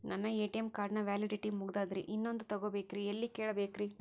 ನನ್ನ ATM card ನ validity ಮುಗದದ್ರಿ ಇನ್ನೊಂದು ತೊಗೊಬೇಕ್ರಿ ಎಲ್ಲಿ ಕೇಳಬೇಕ್ರಿ?